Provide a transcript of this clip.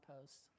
posts